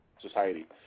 Society